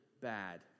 bad